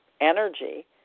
energy